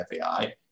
FAI